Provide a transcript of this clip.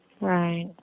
Right